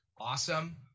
awesome